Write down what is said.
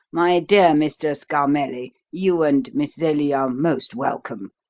my dear mr. scarmelli, you and miss zelie are most welcome,